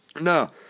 no